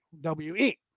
W-E